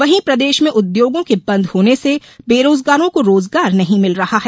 वहीं प्रदेश में उद्योगों के बंद होने से बेरोजगारों को रोजगार नहीं मिल रहा है